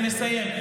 אני מסיים.